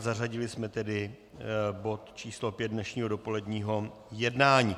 Zařadili jsme tedy bod č. 5 dnešního dopoledního jednání.